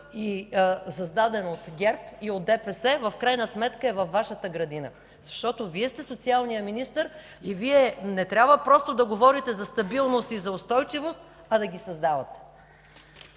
и създаден от ГЕРБ и от ДПС, в крайна сметка е във Вашата градина. Защото Вие сте социалният министър и Вие не трябва просто да говорите за стабилност и за устойчивост, а да ги създавате.